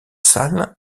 salles